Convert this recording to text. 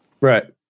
Right